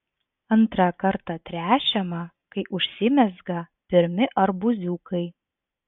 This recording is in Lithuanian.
antrą kartą tręšiama kai užsimezga pirmi arbūziukai